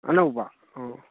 ꯑꯅꯧꯕ ꯑꯧ